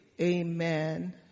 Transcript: amen